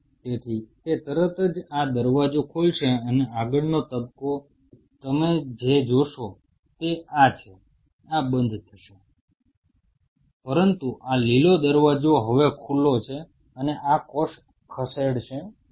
તેથી તે તરત જ આ દરવાજો ખોલશે અને આગળનો તબક્કો તમે જે જોશો તે આ છે આ બંધ રહેશે પરંતુ આ લીલો દરવાજો હવે ખુલ્લો છે અને આ કોષ ખસેડશે નહીં